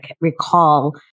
recall